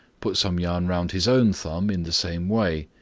put some yarn round his own thumb in the same way,